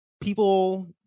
people